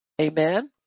amen